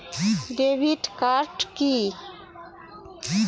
Debit card key?